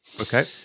Okay